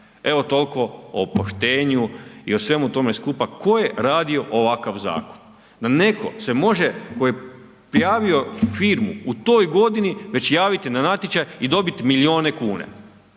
Evo toliko o poštenju i o tome svemu skupa tko je radio ovakav zakon, da se neko može tko je prijavio firmu u toj godini već javiti na natječaj i dobiti milijune kune.